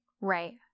Right